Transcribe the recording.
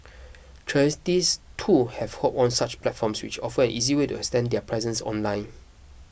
charities too have hopped on such platforms which offer an easy way to extend their presence online